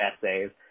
essays